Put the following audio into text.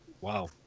Wow